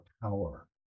power